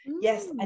yes